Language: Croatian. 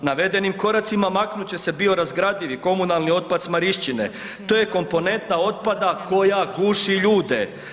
Navedenim koracima maknut će se biorazgradivi komunalni otpad s Marišćine, to je komponentna otpada koja guši ljude.